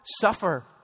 suffer